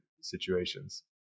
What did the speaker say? situations